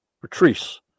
Patrice